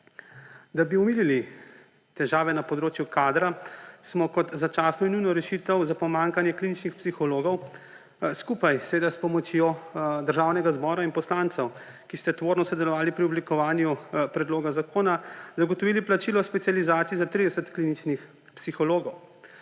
Da bi omilili težave na področju kadra, smo kot začasno in nujno rešitev za pomanjkanje kliničnih psihologov skupaj, seveda, s pomočjo Državnega zbora in poslancev, ki ste tvorno sodelovali pri oblikovanju predloga zakona, zagotovili plačilo specializacij za 30 kliničnih psihologov.